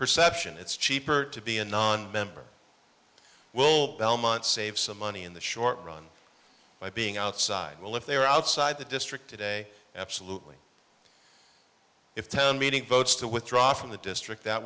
perception it's cheaper to be a nonmember well belmont save some money in the short run by being outside well if they're outside the district a day absolutely if the meeting votes to withdraw from the district that